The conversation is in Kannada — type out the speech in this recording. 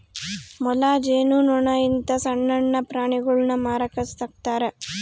ಮೊಲ, ಜೇನು ನೊಣ ಇಂತ ಸಣ್ಣಣ್ಣ ಪ್ರಾಣಿಗುಳ್ನ ಮಾರಕ ಸಾಕ್ತರಾ